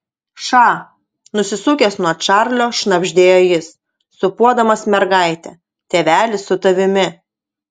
ša nusisukęs nuo čarlio šnabždėjo jis sūpuodamas mergaitę tėvelis su tavimi